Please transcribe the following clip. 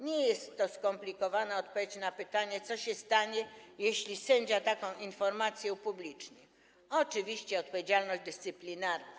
Nie jest skomplikowana odpowiedź na pytanie, co się stanie, jeśli sędzia taką informację upubliczni: oczywiście będzie odpowiedzialność dyscyplinarna.